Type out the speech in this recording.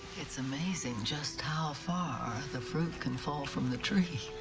it's amazing just how far the fruit can fall from the tree.